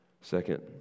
Second